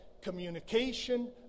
communication